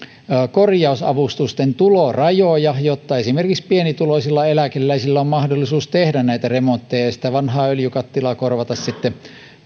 korjausavustusten tulorajoja jotta esimerkiksi pienituloisilla eläkeläisillä on mahdollisuus tehdä näitä remontteja ja vanha öljykattila korvata sitten